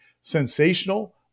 sensational